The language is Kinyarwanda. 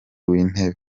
w’intebe